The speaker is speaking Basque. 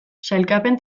sailkapen